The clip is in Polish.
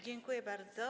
Dziękuję bardzo.